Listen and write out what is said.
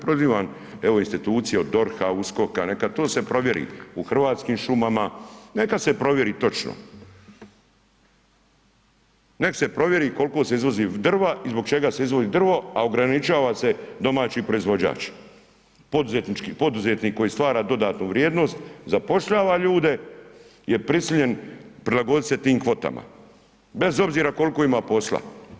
Prozivam evo institucije od DORH-a, USKOK-a, neka to se provjeri u Hrvatskim šumama, neka se provjeri točno, nek se provjeri kolko se izvozi drva i zbog čega se izvozi drvo, a ograničava se domaći proizvođač, poduzetnik koji stvara dodatnu vrijednost zapošljava ljude je prisiljen prilagodit se tim kvotama bez obzira koliko ima posla.